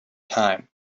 time